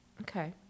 Okay